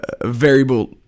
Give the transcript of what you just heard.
variable